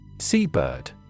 Seabird